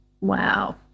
Wow